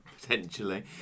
potentially